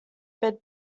bit